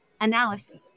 analysis